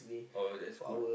oh that's good